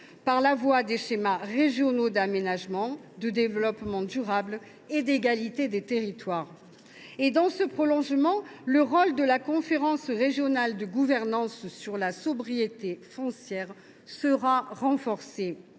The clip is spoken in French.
par la voie des schémas régionaux d’aménagement, de développement durable et d’égalité des territoires. De même, le rôle de la conférence régionale de gouvernance de la sobriété foncière sera renforcé.